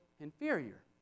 inferior